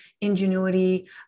ingenuity